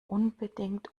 unbedingt